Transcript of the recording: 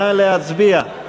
נא להצביע.